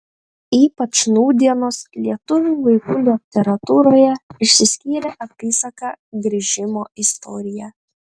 ypač nūdienos lietuvių vaikų literatūroje išsiskyrė apysaka grįžimo istorija